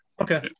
Okay